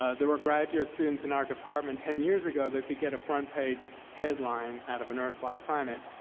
ah there were graduate students in our department ten years ago that could get a front-page headline out of an earth-like planet.